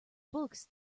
books